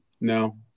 No